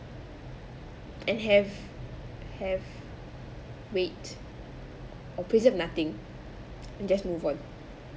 and have have weight or preserve nothing and just move on